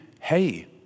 Hey